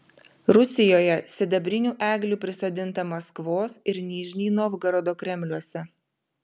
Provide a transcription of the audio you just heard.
rusijoje sidabrinių eglių prisodinta maskvos ir nižnij novgorodo kremliuose